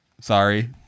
Sorry